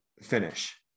finish